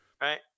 Right